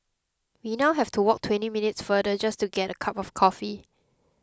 we now have to walk twenty minutes farther just to get a cup of coffee